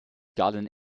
gallen